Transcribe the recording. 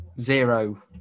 zero